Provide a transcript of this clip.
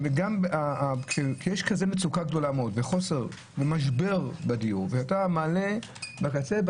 יש כזאת מצוקה ומשבר בדיור ואתה מעלה בקצה,